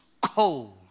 cold